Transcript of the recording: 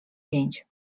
pięć